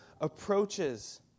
approaches